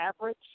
average